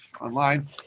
online